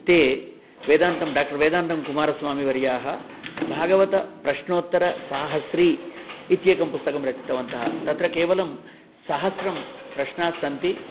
ते वेदान्तं डाक्टर् वेदान्तं कुमारस्वामीवर्याः भागवतप्रश्नोत्तरसाहस्री इत्येकं पुस्तकं रचितवन्तः तत्र केवलं सहस्रं प्रश्नाः सन्ति